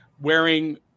wearing